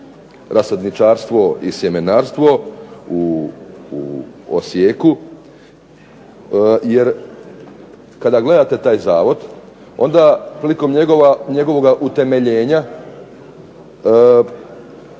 rasadničarstvo i sjemenarstvo u Osijeku, jer kada gledate taj Zavod onda prilikom njegovoga utemeljenja